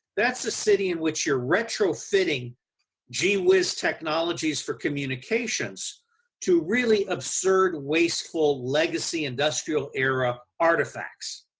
that's a city in which you are retro fitting gee-whiz technologies for communications to really absurd, wasteful, legacy, industrial era artifacts.